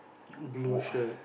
blue shirt